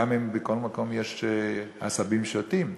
גם אם בכל מקום יש עשבים שוטים.